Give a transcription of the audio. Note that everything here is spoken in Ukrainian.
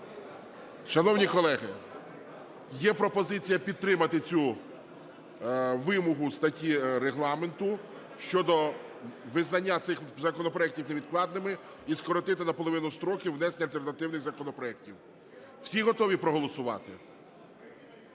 Шановні колеги, є пропозиція підтримати цю вимогу статті Регламенту щодо визнання цих законопроектів невідкладними і скоротити наполовину строки внесення альтернативних законопроектів. Всі готові проголосувати?